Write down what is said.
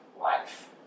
life